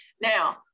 Now